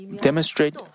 demonstrate